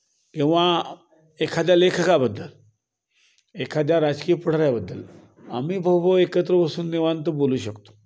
किंवा एखाद्या लेखकाबद्दल एखाद्या राजकीय पुढाऱ्याबद्दल आम्ही भाऊभाऊ एकत्र बसून निवांत बोलू शकतो